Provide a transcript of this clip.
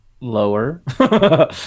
Lower